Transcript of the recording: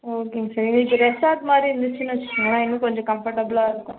ஓகேங்க சார் எங்களுக்கு ரெசார்ட் மாதிரி இருந்துச்சின்னு வைச்சிக்கோங்களேன் இன்னும் கொஞ்சம் கம்ஃபர்ட்டபிளா இருக்கும்